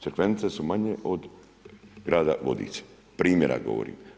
Crikvenice su manje od grada Vodica, primjera govorim.